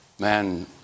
Man